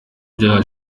bya